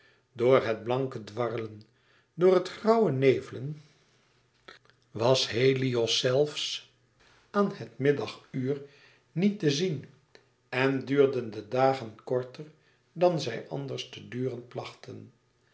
door het blanke dwarrelen door het grauwe nevelen was helios zelfs aan het middaguur niet te zien en duurden de dagen korter dan zij anders te duren plachten